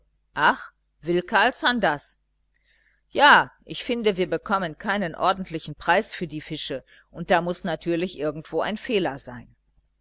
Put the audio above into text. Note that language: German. ach will carlsson das ja ich finde wir bekommen keinen ordentlichen preis für die fische und da muß natürlich irgendwo ein fehler sein